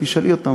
תשאלי אותם.